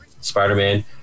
Spider-Man